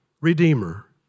Redeemer